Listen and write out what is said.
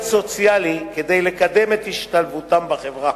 סוציאלי כדי לקדם את השתלבותם בחברה.